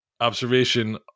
observation